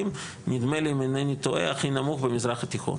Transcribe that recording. נדמה לי אם אינני טועה הכי נמוך במזרח התיכון.